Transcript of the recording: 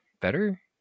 better